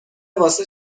واسه